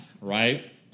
right